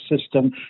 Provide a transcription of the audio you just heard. system